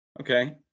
okay